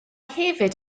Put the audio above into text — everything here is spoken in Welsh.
hefyd